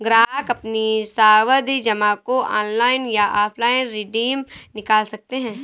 ग्राहक अपनी सावधि जमा को ऑनलाइन या ऑफलाइन रिडीम निकाल सकते है